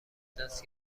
دست